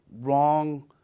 wrong